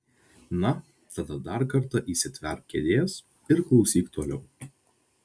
na tada dar kartą įsitverk kėdės ir klausyk toliau